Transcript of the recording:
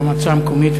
ראש המועצה המקומית,